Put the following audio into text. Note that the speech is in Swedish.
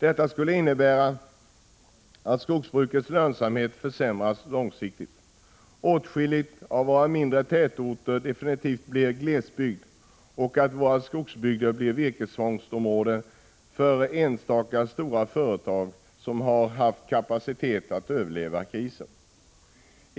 Detta skulle innebära att skogsbrukets lönsamhet långsiktigt försämras, att åtskilliga av våra mindre tätorter definitivt blir glesbygd och att våra skogsbygder blir virkesfångstområden för enstaka stora företag som har haft kapacitet att överleva krisen.